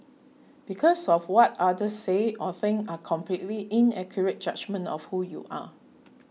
because of what others say or think are completely inaccurate judgement of who you are